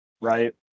right